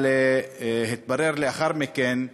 אבל התברר לי לאחר מכן,